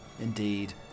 indeed